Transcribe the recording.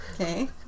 Okay